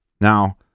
Now